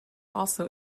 also